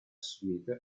smith